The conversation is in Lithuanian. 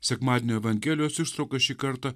sekmadienio evangelijos ištrauka šį kartą